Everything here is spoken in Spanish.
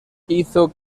hizo